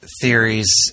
theories